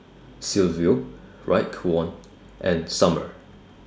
Silvio Raekwon and Summer